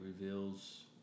reveals